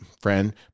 friend